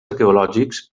arqueològics